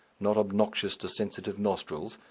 not obnoxious to sensitive nostrils,